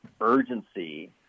urgency